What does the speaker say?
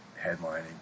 headlining